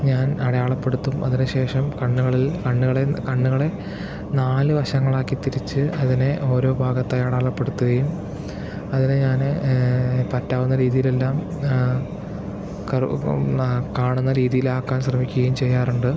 ഞാൻ അടയാളപ്പെടുത്തും അതിനുശേഷം കണ്ണുകളിൽ കണ്ണുകളെ കണ്ണുകളെ നാല് വശങ്ങളാക്കി തിരിച്ച് അതിനേ ഓരോ ഭാഗത്തടയാളപ്പെടുത്തുകയും അതിനെ ഞാൻ പറ്റാവുന്ന രീതിയിലെല്ലാം കാണുന്ന രീതിയിലാക്കാൻ ശ്രമിക്കുകയും ചെയ്യാറുണ്ട്